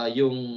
yung